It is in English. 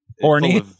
horny